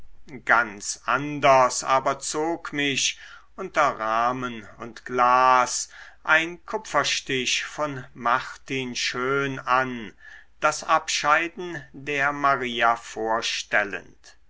ganz anders aber zog mich unter rahmen und glas ein kupferstich von martin schön an das abscheiden der maria vorstellend